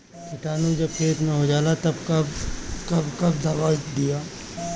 किटानु जब खेत मे होजाला तब कब कब दावा दिया?